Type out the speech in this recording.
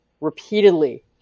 repeatedly